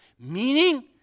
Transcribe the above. meaning